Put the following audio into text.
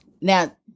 Now